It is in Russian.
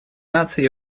наций